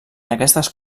aquestes